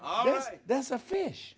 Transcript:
oh that's a fish